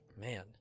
man